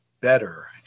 better